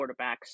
quarterbacks